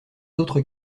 autres